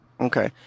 Okay